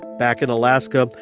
back in alaska,